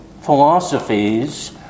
Philosophies